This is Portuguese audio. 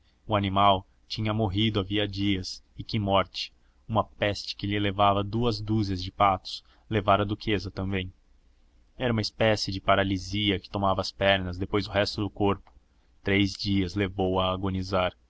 o animal tinha morrido havia dias e que morte uma peste que lhe levara duas dúzias de patos levara a duquesa também era uma espécie de paralisia que tomava as pernas depois o resto do corpo três dias levou